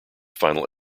final